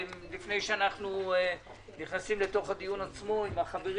לפני שאנחנו נכנסים לתוך הדיון עצמו עם החברים